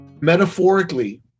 Metaphorically